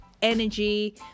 energy